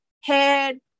head